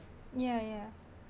yeah yeah